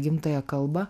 gimtąją kalbą